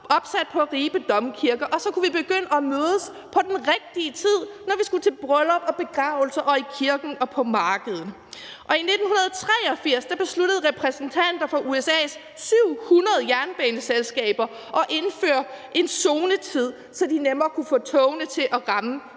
opsat på Ribe Domkirke. Så kunne vi begynde at mødes på den rigtige tid, når vi skulle til bryllup og begravelse og i kirken og på markedet. I 1883 besluttede repræsentanter fra USA's 700 jernbaneselskaber at indføre en zonetid, så de nemmere kunne få togene til at passe